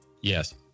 yes